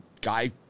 guy